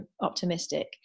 optimistic